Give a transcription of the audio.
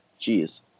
Jeez